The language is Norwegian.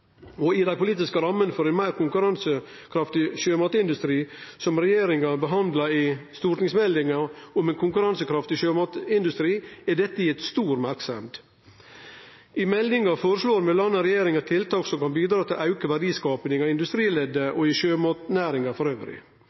for ein meir konkurransekraftig sjømatindustri, som regjeringa har behandla i stortingsmeldinga om ei konkurransekraftig sjømatindustri, er dette gitt stor merksemd. I meldinga føreslår m.a. regjeringa tiltak som kan bidra til å auke verdiskapinga i industrileddet og i sjømatnæringa elles. For